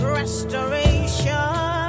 restoration